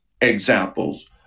examples